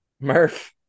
Murph